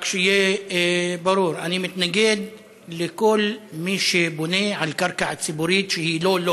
רק שיהיה ברור: אני מתנגד לכל מי שבונה על קרקע ציבורית שהיא לא לו